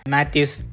Matthews